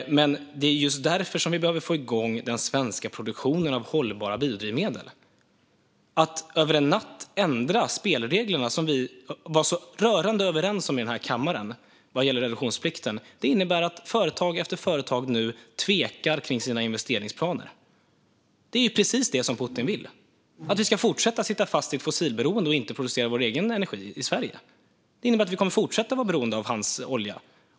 Det är just därför vi behöver få igång den svenska produktionen av hållbara biodrivmedel. Att över en natt ändra spelreglerna vad gäller reduktionsplikten, som vi var så rörande överens om i den här kammaren, innebär att företag efter företag tvekar kring sina investeringsplaner. Det är precis det som Putin vill - att vi ska fortsätta att sitta fast i ett fossilberoende och inte producera vår egen energi i Sverige. Det innebär att vi kommer att fortsätta vara beroende av hans olja.